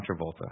Travolta